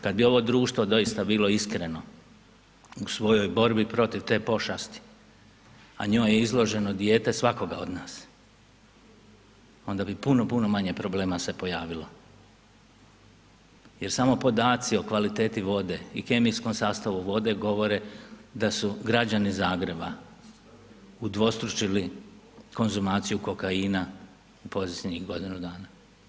Kad bi ovo društvo doista bilo iskreno u svojoj borbi protiv te pošasti, a njoj je izloženo dijete svakoga od nas, onda bi puno, puno manje problema se pojavilo jer samo podaci o kvaliteti vode i kemijskom sastavu vode, govore da su građani Zagreba udvostručili konzumaciju kokaina u posljednjih godinu dana.